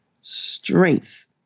strength